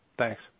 Thanks